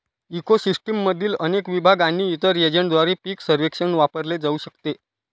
eco सिस्टीममधील अनेक विभाग आणि इतर एजंटद्वारे पीक सर्वेक्षण वापरले जाऊ शकते